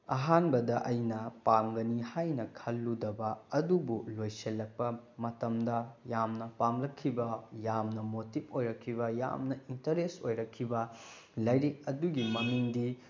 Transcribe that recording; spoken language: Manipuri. ꯑꯍꯥꯟꯕꯗ ꯑꯩꯅ ꯄꯥꯝꯒꯅꯤ ꯍꯥꯏꯅ ꯈꯜꯂꯨꯗꯕ ꯑꯗꯨꯕꯨ ꯂꯣꯏꯁꯤꯜꯂꯛꯄ ꯃꯇꯝꯗ ꯌꯥꯝꯅ ꯄꯥꯝꯂꯛꯈꯤꯕ ꯌꯥꯝꯅ ꯃꯣꯇꯤꯞ ꯑꯣꯏꯔꯛꯈꯤꯕ ꯌꯥꯝꯅ ꯏꯟꯇꯔꯦꯁ ꯑꯣꯏꯔꯛꯈꯤꯕ ꯂꯥꯏꯔꯤꯛ ꯑꯗꯨꯒꯤ ꯃꯃꯤꯡꯗꯤ